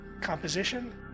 composition